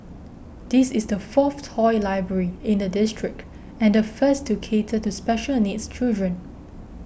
this is the fourth toy library in the district and the first to cater to special needs children